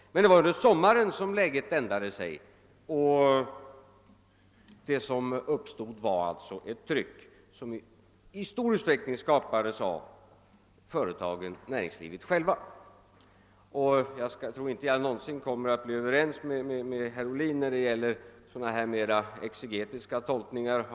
Det var under sommaren som läget ändrade sig. Då uppstod ett tryck som i stor utsträckning skapades av företagen själva. Jag tror inte att jag någonsin kommer att bli ense med herr Ohlin när det gäller sådana här mer exegetiska tolkningar.